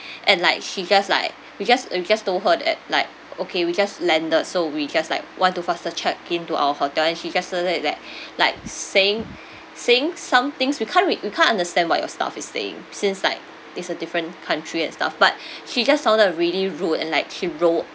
and like she just like we just and we just told her that like okay we just landed so we just like want to faster check in to our hotel and she just say like that like saying saying some things we can't re~ we can't understand what your staff is saying since like it's a different country and stuff but she just sounded really rude and like she rolled